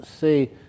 see